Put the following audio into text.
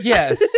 Yes